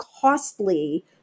costly